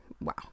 wow